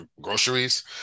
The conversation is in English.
groceries